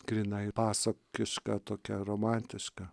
grynai pasakiška tokia romantiška